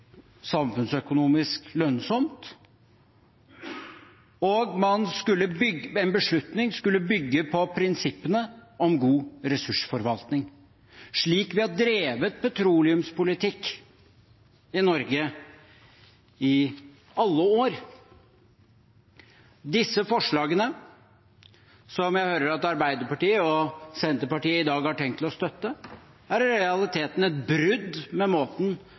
samfunnsøkonomisk lønnsomt, og at en beslutning skulle bygge på prinsippene om god ressursforvaltning, slik vi har drevet petroleumspolitikk i Norge i alle år. Disse forslagene, som jeg hører at Arbeiderpartiet og Senterpartiet i dag har tenkt å støtte, er i realiteten et brudd med måten